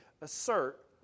assert